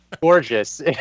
gorgeous